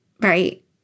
right